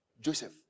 Joseph